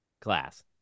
Class